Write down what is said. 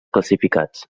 classificats